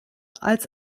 als